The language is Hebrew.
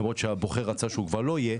למרות שהבוחר רצה שהוא כבר לא יהיה.